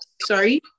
Sorry